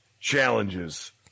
challenges